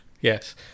Yes